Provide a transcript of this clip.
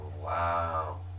Wow